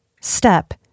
step